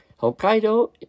Hokkaido